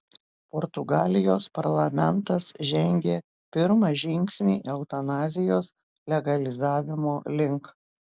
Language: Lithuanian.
portugalijos parlamentas žengė pirmą žingsnį eutanazijos legalizavimo link